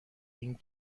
این